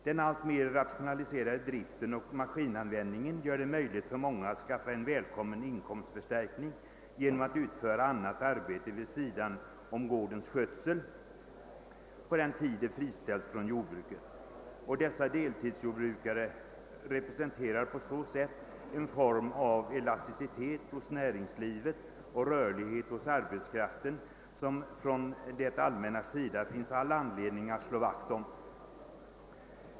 Den alltmer rationaliserade driften och maskinanvändningen gör det möjligt för många att skaffa en välkommen inkomstförstärkning genom att utföra annat arbete vid sidan av gårdens skötsel på den tid de friställs från jordbruket. Deltidsjordbrukarna representerar på så sätt en form av elasticitet hos näringslivet och rörlighet hos arbetskraften, som det allmänna har all anledning att slå vakt om.